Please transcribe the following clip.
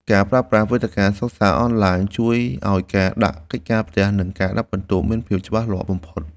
ការប្រើប្រាស់វេទិកាសិក្សាអនឡាញជួយឱ្យការដាក់កិច្ចការផ្ទះ និងការដាក់ពិន្ទុមានភាពច្បាស់លាស់បំផុត។